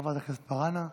לחברת הכנסת מראענה.